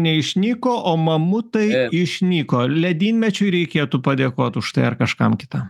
neišnyko o mamutai išnyko ledynmečiui reikėtų padėkot už tai ar kažkam kitam